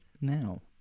now